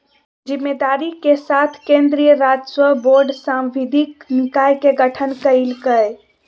जिम्मेदारी के साथ केन्द्रीय राजस्व बोर्ड सांविधिक निकाय के गठन कइल कय